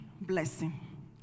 blessing